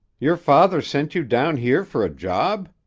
your father sent you down here fer a job?